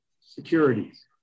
securities